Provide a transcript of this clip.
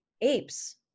apes